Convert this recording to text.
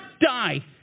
die